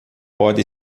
pode